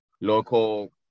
local